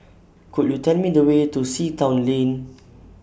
Could YOU Tell Me The Way to Sea Town Lane